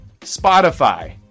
Spotify